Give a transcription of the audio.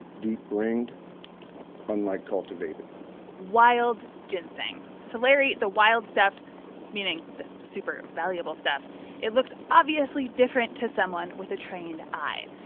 deep-ringed unlike cultivated wild ginseng. to larry, the wild stuff meaning the super valuable stuff it looks obviously different to someone with a trained eye.